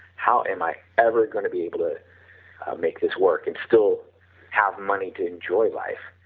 how am i ever going to be able to make this work and still have money to enjoy life,